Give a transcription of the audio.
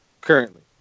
Currently